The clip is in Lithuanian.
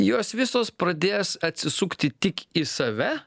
jos visos pradės atsisukti tik į save